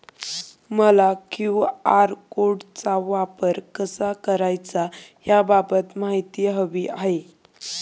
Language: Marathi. मला क्यू.आर कोडचा वापर कसा करायचा याबाबत माहिती हवी आहे